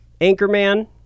Anchorman